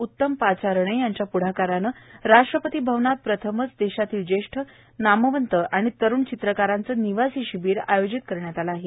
उत्तम पाचारणे यांच्या प्ढाकाराने राष्ट्रपती भवनात प्रथमच देशातील ज्येष्ठ आणि नामवंत आणि तरूण चित्रकारांचे निवासी शिबीर आयोजित करण्यात आले आहे